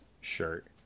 shirt